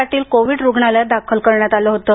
Patil Covid रुग्णालयात दाखल करण्यात आलं होतं